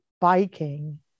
biking